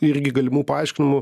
irgi galimų paaiškinimų